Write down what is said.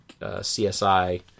CSI